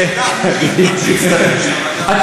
אפשר לשבת שם ולשאול שאלה?